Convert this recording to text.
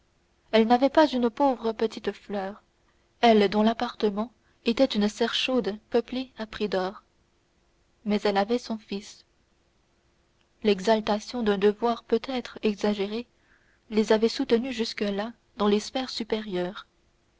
elle n'avait pas une pauvre petite fleur elle dont l'appartement était une serre chaude peuplée à prix d'or mais elle avait son fils l'exaltation d'un devoir peut-être exagéré les avait soutenus jusque-là dans les sphères supérieures